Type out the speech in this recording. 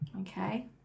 okay